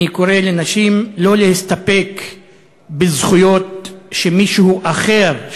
אני קורא לנשים שלא להסתפק בזכויות שמישהו אחר,